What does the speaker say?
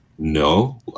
No